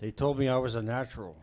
they told me i was a natural